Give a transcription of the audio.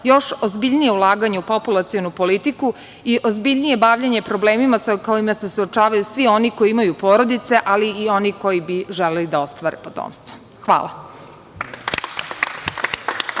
još ozbiljnija ulaganja u populacionu politiku i ozbiljnije bavljenje problemima sa kojima se suočavaju svi oni koji imaju porodice, ali i oni koji bi želeli da ostvare potomstvo. Hvala.